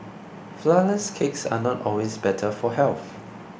Flourless Cakes are not always better for health